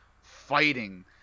fighting